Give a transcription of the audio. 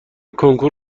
کنکور